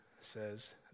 says